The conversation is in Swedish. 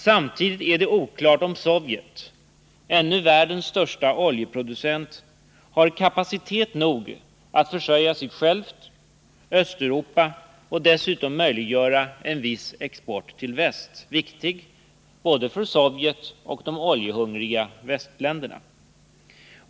Samtidigt är det oklart om Sovjet, som är världens största oljeproducent, har kapacitet nog att försörja sig självt och Östeuropa och dessutom möjliggöra en viss export till väst, viktig både för Sovjet och för de oljehungriga västländerna.